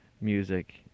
music